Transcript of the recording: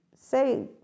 say